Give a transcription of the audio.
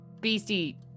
beastie